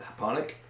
Haponic